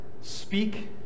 speak